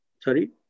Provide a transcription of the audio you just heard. sorry